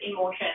emotion